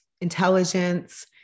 intelligence